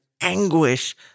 anguish